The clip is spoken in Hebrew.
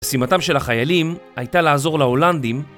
משימתם של החיילים הייתה לעזור להולנדים